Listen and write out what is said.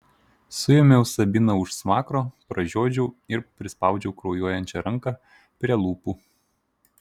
suėmiau sabiną už smakro pražiodžiau ir prispaudžiau kraujuojančią ranką prie lūpų